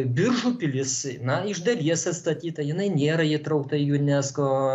biržų pilis na iš dalies atstatyta jinai nėra įtraukta į unesco